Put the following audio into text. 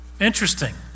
Interesting